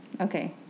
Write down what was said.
Okay